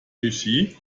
regie